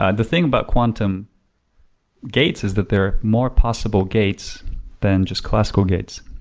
and the thing about quantum gates is that they are more possible gates than just classical gates.